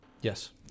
Yes